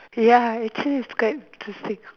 ya actually its quite interesting